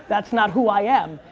that's not who i am.